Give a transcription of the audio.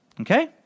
Okay